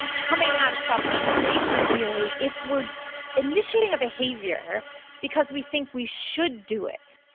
coming out of self-determination theory, if we're initiating a behavior because we think we should do it,